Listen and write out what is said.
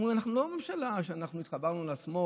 הם אומרים: אנחנו לא בממשלה שבה התחברנו לשמאל.